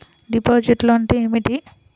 డిపాజిట్లు అంటే ఏమిటి?